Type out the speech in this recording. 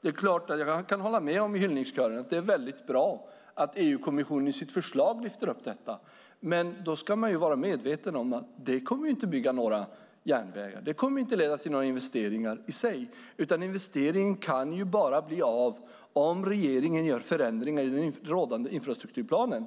Det är klart att jag kan hålla med hyllningskören om att det är väldigt bra att EU-kommissionen i sitt förslag lyfter fram detta, men då ska man vara medveten om att det inte kommer att bygga några järnvägar. Det kommer inte att leda till några investeringar i sig. Investeringen kan bara bli av om regeringen gör förändringar i den rådande infrastrukturplanen.